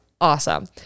Awesome